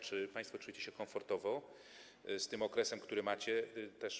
Czy państwo czujecie się komfortowo z tym okresem, który macie wyznaczony?